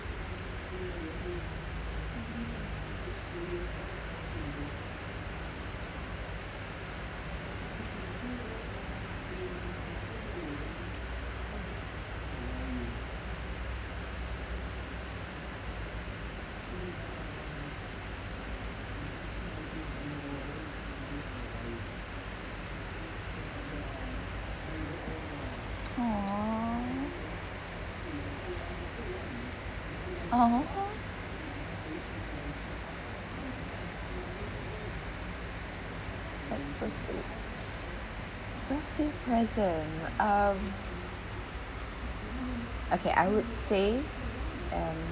oo oo that's so sweet birthday present um okay I would say mm